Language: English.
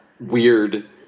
weird